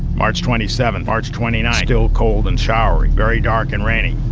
march twenty seven, march twenty nine, still cold and showery very dark and rainy.